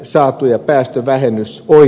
saatuja päästövähennys voi